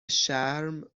شرم